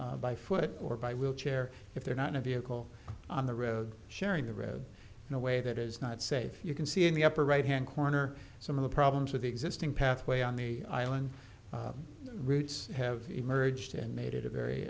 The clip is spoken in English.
on by foot or by wheelchair if they're not a vehicle on the road sharing the road in a way that is not safe you can see in the upper right hand corner some of the problems with the existing pathway on the island routes have emerged and made it a very